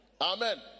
Amen